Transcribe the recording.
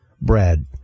Brad